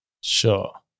Sure